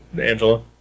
Angela